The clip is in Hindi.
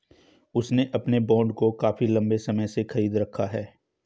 उसने अपने बॉन्ड को काफी लंबे समय से खरीद रखा है